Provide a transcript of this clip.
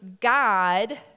God